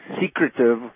secretive